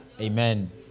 Amen